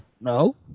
No